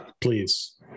please